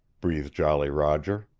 breathed jolly roger,